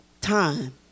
time